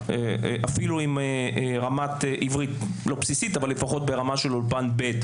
אפילו עם רמת עברית לפחות ברמה של אולפן ב'.